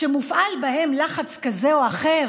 שמופעל בהן לחץ כזה או אחר